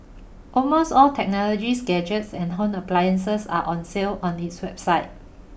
almost all technologies gadgets and home appliances are on sale on its website